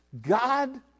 God